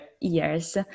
years